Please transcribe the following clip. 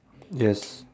yes